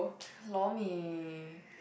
Lor-Mee